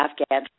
Afghan